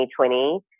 2020